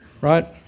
Right